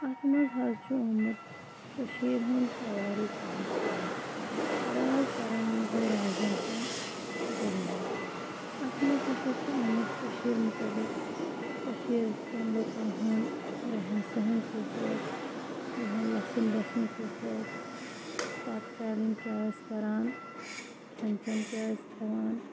اَتھ منٛز حظ چھُ آمُت کشٔیٖرِ ہُنٛد تواریخ درج کَرنہٕ راج ترنٛگی گٔیٚے رازَن ہُنٛد دٔریاب اَتھ منٛز ہَسا چھُ آمُت کٔشیٖرِ متعلق کٔشیٖرِکٮ۪ن لُکَن ہُںٛد رہن سہن کیُتھ اوس یِہُنٛد لَسُن بَسُن کیُتھ اوس پَتہٕ کالہِ یِم کیٛاہ ٲسۍ کَران کھٮ۪ن چٮ۪ن کیٛاہ ٲسۍ کھٮ۪وان